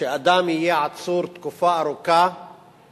שאדם יהיה עצור תקופה ארוכה